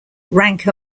rank